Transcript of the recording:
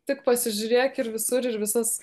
tik pasižiūrėk ir visur ir visas